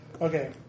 Okay